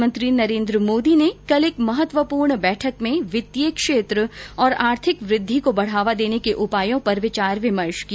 प्रधानमंत्री नरेन्द्र मोदी ने कल एक महत्वपूर्ण बैठक में वित्तीय क्षेत्र और आर्थिक वृद्धि को बढावा देने के उपायों पर विचार विमर्श किया